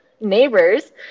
neighbors